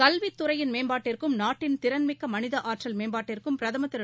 கல்வித் துறையின் மேம்பாட்டிற்கும் நாட்டின் திறன்மிக்க மனித ஆற்றல் மேம்பாட்டிற்கும் பிரதமர் திரு